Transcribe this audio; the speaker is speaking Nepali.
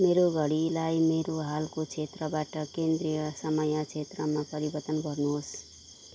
मेरो घडीलाई मेरो हालको क्षेत्रबाट केन्द्रीय समय क्षेत्रमा परिवर्तन गर्नुहोस्